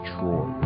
Troy